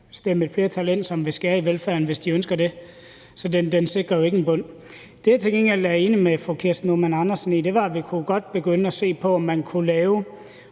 stemme et flertal ind, som vil skære i velfærden, hvis de ønsker det, så det sikrer jo ikke en bund. Det, jeg til gengæld er enig med fru Kirsten Normann Andersen i, er, at vi jo godt kunne begynde at se på, om man kunne lave